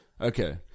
Okay